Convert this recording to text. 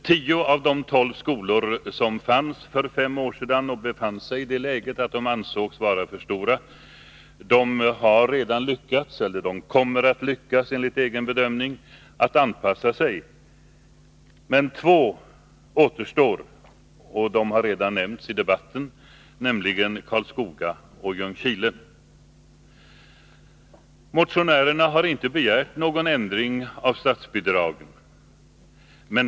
Tio av de tolv skolor som för fem år sedan befann sig i det läget att de ansågs vara för stora har redan lyckats, eller kommer enligt egen bedömning att lyckas, att anpassa sig. Men två återstår. De har redan nämnts i den här debatten, nämligen Karlskoga och Ljungskile. Motionärerna har inte begärt någon ändring av statsbidragen.